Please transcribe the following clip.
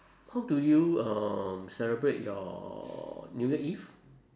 how do you um celebrate your new year eve